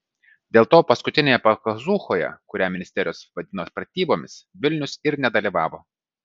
dėl to paskutinėje pakazūchoje kurią ministerijos vadino pratybomis vilnius ir nedalyvavo